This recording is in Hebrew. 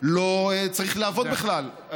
לא צריך לעבוד בכלל,